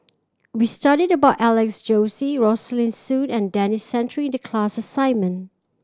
we studied about Alex Josey Rosaline Soon and Denis Santry in the class assignment